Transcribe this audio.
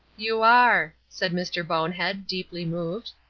you are, said mr. bonehead, deeply moved.